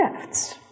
gifts